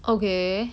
okay